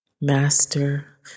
master